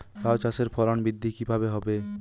লাউ চাষের ফলন বৃদ্ধি কিভাবে হবে?